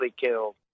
killed